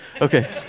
Okay